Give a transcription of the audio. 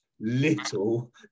little